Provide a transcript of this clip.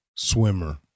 Swimmer